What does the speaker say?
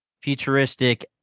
futuristic